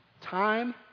Time